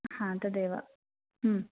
हा तदेव